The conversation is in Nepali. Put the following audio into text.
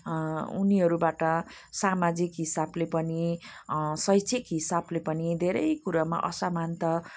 उनीहरूबाट सामाजिक हिसाबले पनि शैक्षिक हिसाबले पनि धेरै कुरामा असमानता